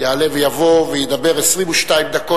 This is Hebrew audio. יעלה ויבוא וידבר 22 דקות,